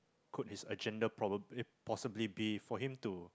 could his agenda problem possibility for him to